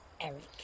Eric